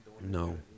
no